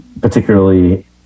particularly